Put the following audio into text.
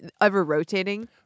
ever-rotating